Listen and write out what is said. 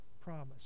promise